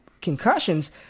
concussions